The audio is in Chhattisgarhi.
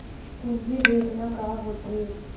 पूंजी भेजना का होथे?